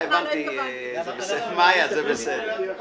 מאיה, זה בסדר.